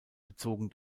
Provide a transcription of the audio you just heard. bezogen